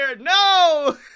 No